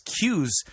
cues